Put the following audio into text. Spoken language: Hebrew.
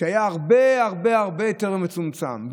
שהיה הרבה הרבה הרבה יותר מצומצם,